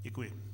Děkuji.